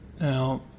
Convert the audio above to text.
Now